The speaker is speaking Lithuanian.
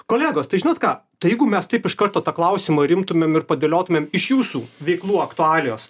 kolegos tai žinot ką tai jeigu mes taip iš karto tą klausimą ir imtumėm ir padėliotumėm iš jūsų veiklų aktualijos